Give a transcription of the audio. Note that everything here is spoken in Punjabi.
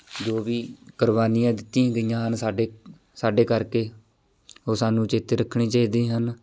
ਜੋ ਵੀ ਕੁਰਬਾਨੀਆਂ ਦਿੱਤੀਆਂ ਗਈਆਂ ਹਨ ਸਾਡੇ ਸਾਡੇ ਕਰਕੇ ਉਹ ਸਾਨੂੰ ਚੇਤੇ ਰੱਖਣੀਆਂ ਚਾਹੀਦੀਆਂ ਹਨ